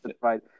Right